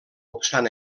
obstant